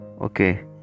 okay